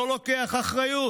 לא לוקח אחריות.